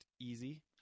easy